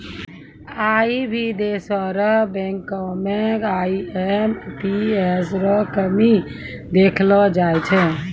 आई भी देशो र बैंको म आई.एम.पी.एस रो कमी देखलो जाय छै